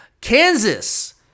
kansas